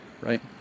right